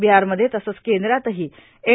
बिहारमध्ये तसंच केंद्रातही एन